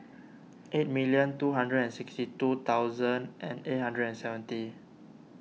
eight million two hundred and sixty two thousand eight hundred and seventy